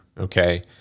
okay